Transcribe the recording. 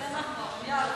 יאללה,